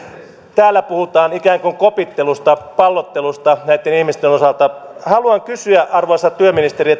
täällä puhutaan ikään kuin kopittelusta pallottelusta näitten ihmisten osalta haluan kysyä arvoisa työministeri